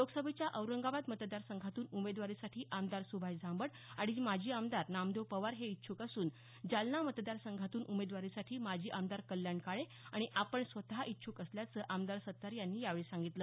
लोकसभेच्या औरंगाबाद मतदार संघातून उमेदवारीसाठी आमदार सुभाष झांबड आणि माजी आमदार नामदेव पवार हे इच्छूक असून तर जालना मतदार संघातून उमेदवारीसाठी माजी आमदार कल्याण काळे आणि आपण स्वतः इच्छूक असल्याचं आमदार सत्तार यांनी यावेळी सांगितलं